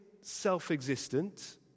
self-existent